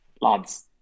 lads